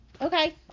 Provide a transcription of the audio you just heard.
Okay